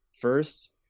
first